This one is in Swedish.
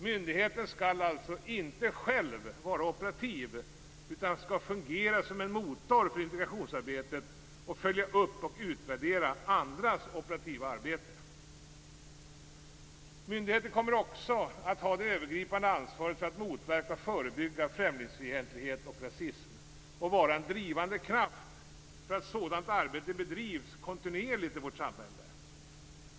Myndigheten skall alltså inte själv vara operativ, utan den skall fungera som en motor för integrationsarbetet och följa upp och utvärdera andras operativa arbete. Myndigheten kommer också att ha det övergripande ansvaret för att motverka och förebygga främlingsfientlighet och rasism och vara en drivande kraft för att sådant arbete bedrivs kontinuerligt i samhället.